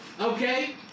Okay